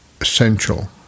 essential